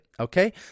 Okay